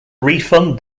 refund